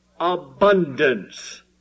abundance